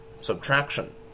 subtraction